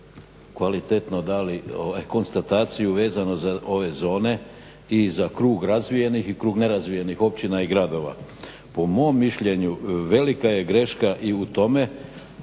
kvalitetno dali konstataciju vezano za ove zone i za krug razvijenih i krug nerazvijenih općina i gradova. Po mom mišljenju velika je greška i u tome,